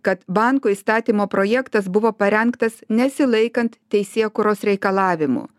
kad banko įstatymo projektas buvo parengtas nesilaikant teisėkūros reikalavimų